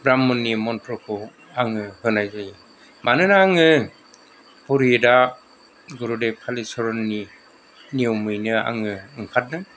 ब्राह्मननि मन्त्र आङो होनाय जायो मानोना आङो परहितआ गुरुदेब कालिचरननि नियमैनो आङो ओंखारदों